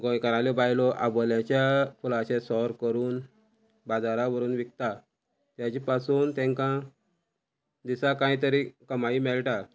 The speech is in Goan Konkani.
गोंयकाराल्यो बायलो आबोल्यांच्या फुलाचेर सोर करून बाजारा व्हरून विकता ताजे पासून तांकां दिसा कांय तरी कमाई मेळटा